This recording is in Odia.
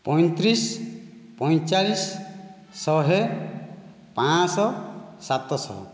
ପଞ୍ଚତିରିଶ ପଞ୍ଚଚାଳିଶ ଶହେ ପାଞ୍ଚଶହ ସାତଶହ